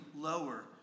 lower